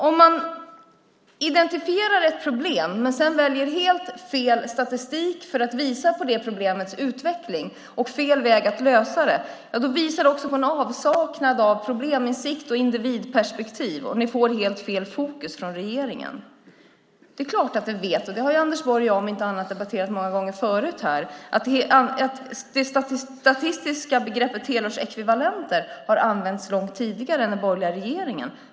Om man identifierar ett problem och sedan väljer fel statistik för att visa på det problemets utveckling och fel väg att lösa det, då visar det också på en avsaknad av probleminsikt och individperspektiv. Regeringen får fel fokus. Det är klart att vi vet, och det har jag och Anders Borg debatterat många gånger förut, att det statistiska begreppet helårsekvivalenter har använts långt tidigare och av andra än den borgerliga regeringen.